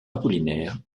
apollinaire